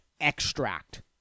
extract